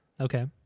Okay